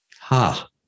Ha